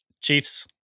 Chiefs